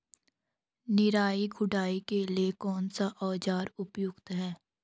निराई गुड़ाई के लिए कौन सा औज़ार उपयुक्त है?